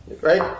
right